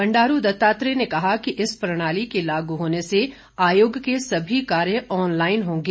बंडारू दत्तात्रेय ने कहा कि इस प्रणाली के लागू होने से आयोग के सभी कार्य ऑनलाईन होंगे